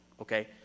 okay